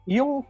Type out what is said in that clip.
Yung